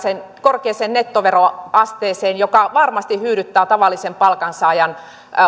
korkeaan nettoveroasteeseen joka varmasti hyydyttää tavallisen palkansaajan